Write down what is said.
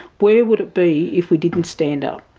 where would it be if we didn't stand up,